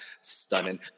stunning